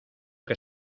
que